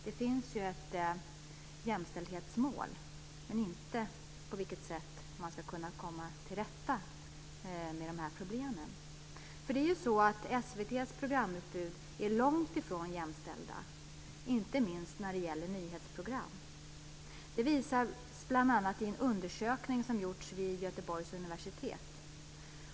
Det finns ju ett jämställdhetsmål, men det framgår inte på vilket sätt man ska kunna komma till rätta med de här problemen. Det är långt ifrån jämställt i SVT:s programutbud. Det gäller inte minst nyhetsprogram. Det visas bl.a. i en undersökning som har gjorts vid Göteborgs universitet.